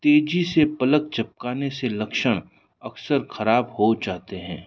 तेजी से पलक झपकाने से लक्षण अक्सर खराब हो जाते हैं